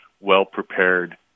well-prepared